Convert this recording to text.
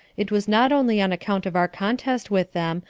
it was not only on account of our contest with them,